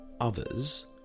others